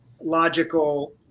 logical